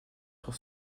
sur